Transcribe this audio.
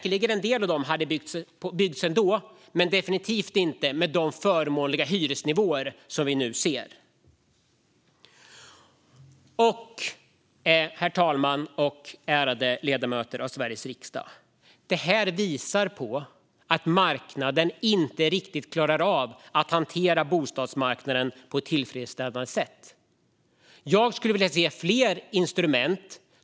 En del av dessa hade säkert byggts ändå men definitivt inte med sådana förmånliga hyresnivåer. Herr talman och ärade ledamöter av Sveriges riksdag! Detta visar att marknaden inte klarar av att tillfredsställa bostadsbehovet.